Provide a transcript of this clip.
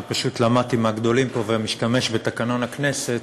אני פשוט למדתי מהגדולים פה, ומשתמש בתקנון הכנסת,